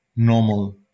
normal